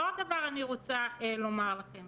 ועוד דבר אני רוצה לומר לכם